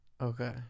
Okay